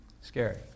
Scary